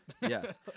Yes